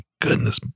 goodness